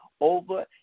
over